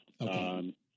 Okay